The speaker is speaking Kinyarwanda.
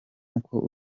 uko